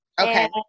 Okay